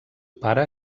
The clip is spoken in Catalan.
pare